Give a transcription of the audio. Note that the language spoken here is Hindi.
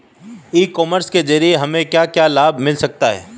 ई कॉमर्स के ज़रिए हमें क्या क्या लाभ मिल सकता है?